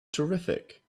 terrific